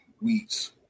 Weeds